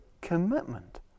commitment